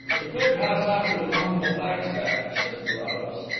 the third house after the one with the flagstaff, said carrados.